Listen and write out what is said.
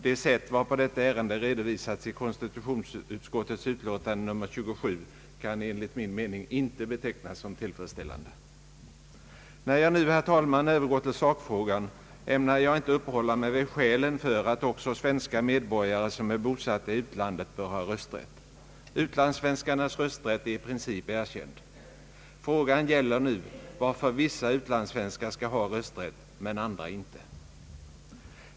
Det sätt varpå detta ärende redovisas i konstitutionsutskottets utlåtande nr 27 kan enligt min mening inte betecknas som tillfredsställande. När jag nu, herr talman, övergår till sakfrågan, ämnar jag inte uppehålla mig vid skälen för att också svenska medborgare som är bosatta i utlandet bör ha rösträtt. Utlandssvenskarnas rösträtt är i princip erkänd. Frågan gäller nu varför vissa utlandssvenskar skall ha rösträtt men andra inte.